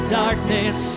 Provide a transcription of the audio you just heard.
darkness